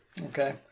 Okay